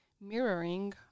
mirroring